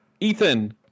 Ethan